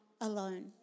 alone